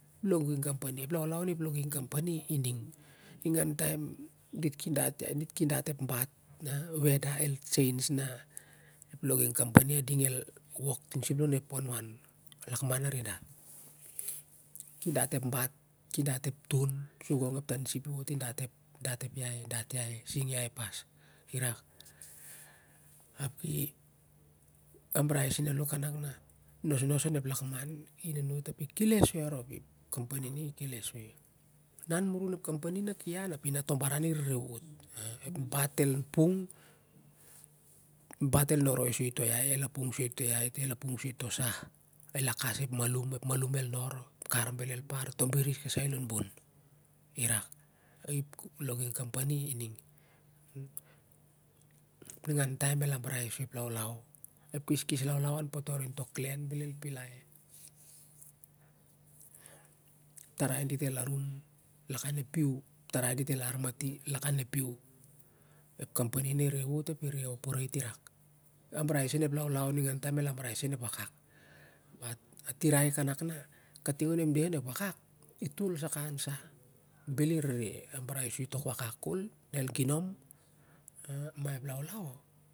Logging company im laulau onep logging company i ding ningau taim dit ki dat wai dit ki dat ep bat na ep weda el change ma eo logging company a iding el wok ting sup lon ep warwar lakman animal at dat ep bat ki dat ep ton su gong ep tansip i anot i dat ep ai gong i sing ai pas ap i ambrai sem alo nak na ep company i keles soi an murun ep company na ki an ap ina ta bawar ire wot. Ep bat i pung ep malun i noroi soi a rop to ai el a pung soi to seh el akas ep malun el nor ep kam bel el par to binis kasai lon bon irak im logging company i ning. Ningau taim el ambrai soi ep laulau ep keskes lau lau an potor in to klen bel el pilai tarai i dit el anim lakan ep piu tarai dit el aimatilakam ep piu ep company ni re wot ap i operate irak i ambrai soi ep laulau ningan taim i ambrai seu ep akak bat a tirai kanak na kating onep deh na i wakak to sakan sa bel i rere ambrai i tok wakak kol i ginom